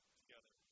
together